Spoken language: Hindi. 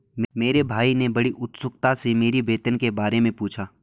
मेरे भाई ने बड़ी उत्सुकता से मेरी वेतन के बारे मे पूछा